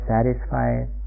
Satisfied